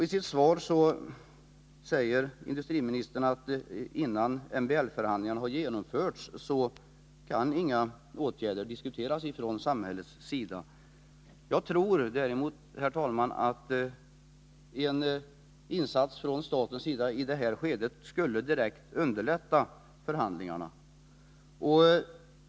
I sitt svar säger industriministern att innan MBL-förhandlingarna genomförts kan inga åtgärder från samhällets sida diskuteras. Jag däremot tror, herr talman, att en insats från statens sida i det här skedet direkt skulle underlätta förhandlingarna.